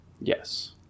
Yes